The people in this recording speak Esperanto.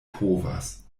povas